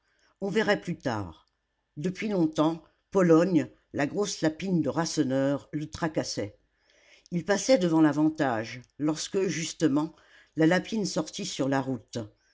on verrait plus tard depuis longtemps pologne la grosse lapine de rasseneur le tracassait il passait devant l'avantage lorsque justement la lapine sortit sur la route